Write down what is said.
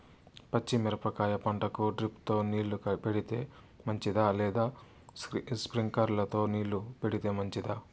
పచ్చి మిరపకాయ పంటకు డ్రిప్ తో నీళ్లు పెడితే మంచిదా లేదా స్ప్రింక్లర్లు తో నీళ్లు పెడితే మంచిదా?